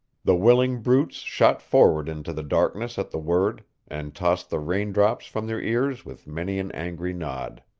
the willing brutes shot forward into the darkness at the word, and tossed the rain-drops from their ears with many an angry nod.